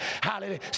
Hallelujah